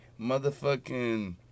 motherfucking